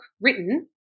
written